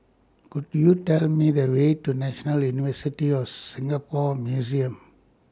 Could YOU Tell Me The Way to National University of Singapore Museums